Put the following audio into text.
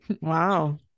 Wow